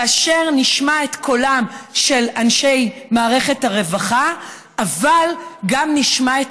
כאשר נשמע את קולם של אנשי מערכת הרווחה אבל גם נשמע את